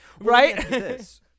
Right